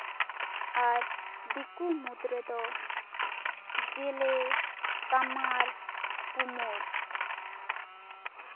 ᱟᱨ ᱫᱤᱠᱩ ᱢᱩᱫᱽ ᱨᱮᱫᱚ ᱡᱮᱞᱮ ᱠᱟᱢᱟᱨ ᱠᱩᱢᱳᱨ